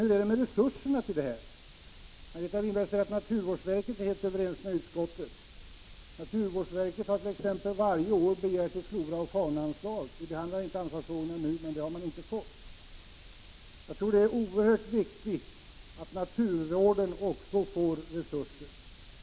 I fråga om resurserna för detta säger Margareta Winberg att naturvårdsverket inte är överens med utskottet. Naturvårdsverket har ju t.ex. varje år begärt ett floraoch faunaanslag — vi behandlar inte anslagsfrågorna nu — men har inte fått det. Det är oerhört viktigt att naturvården får resurser.